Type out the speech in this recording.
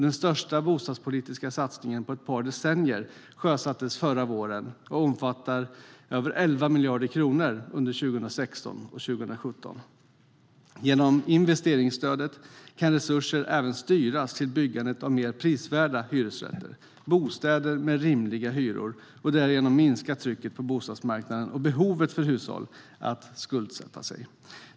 Den största bostadspolitiska satsningen på ett par decennier sjösattes förra våren och omfattar över 11 miljarder kronor under 2016 och 2017. Genom investeringsstödet kan resurser även styras till byggandet av mer prisvärda hyresrätter och bostäder med rimliga hyror så att trycket på bostadsmarknaden minskar liksom behovet för hushåll att skuldsätta sig.